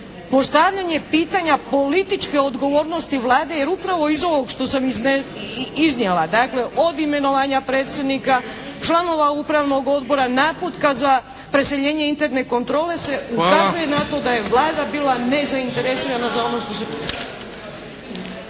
postavljanje pitanja političke odgovornosti Vlade jer upravo iz ovog što sam iznijela, dakle od imenovanja predsjednika, članova Upravnog odbora, naputka za preseljenje interne kontrole se ukazuje na to da je Vlada bila nezainteresirana za ono što se